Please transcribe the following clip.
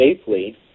safely